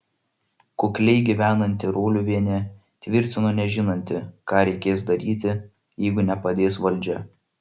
kukliai gyvenanti roliuvienė tvirtino nežinanti ką reikės daryti jeigu nepadės valdžia